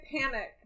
panic